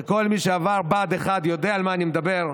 שכל מי שעבר בה"ד 1 יודע על מה אני מדבר,